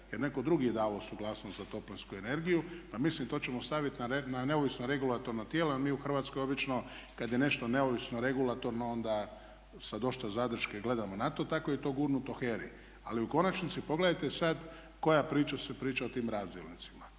Jer netko drugi je davao suglasnost za toplinsku energiju. Pa mislim to ćemo staviti na neovisno regulatorno tijelo jer mi u Hrvatskoj obično kad je nešto neovisno regulatorno onda sa dosta zadrške gledamo na to. Tako je i to gurnuto HERA-i. Ali u konačnici pogledajte sad koja priča se priča o tim razdjelnicima.